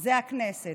זה הכנסת.